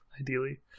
ideally